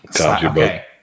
Okay